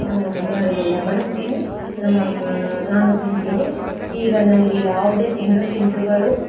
ನಮ್ಮ ಮನೆಯವ್ರಿಗೆಲ್ಲ ಬಡಿಸ್ತೀನಿ ನಮ್ಮಅಮ್ಮಾ ನಾನು ತಿಂತೀನಿ ಈಗ ನನಗೆ ಯಾವುದೇ ತಿಂಡಿ ತಿನಿಸುಗಳು